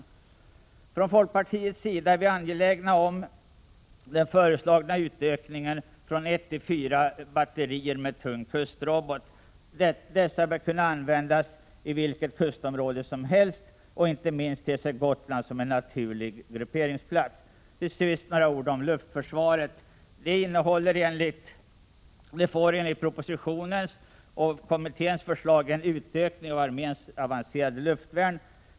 Vi äri folkpartiet angelägna om den föreslagna utökningen från ett till fyra batterier med tung kustrobot. Dessa bör kunna användas i vilket kustområde som helst — inte minst Gotland ter sig som en naturlig grupperingsplats. Till sist några ord om luftförsvaret. I fråga om luftförsvaret innehåller propositionen enligt kommitténs förslag en utökning av arméns avancerade luftvärn.